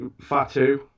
Fatu